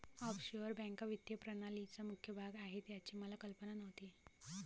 offshore बँका वित्तीय प्रणालीचा मुख्य भाग आहेत याची मला कल्पना नव्हती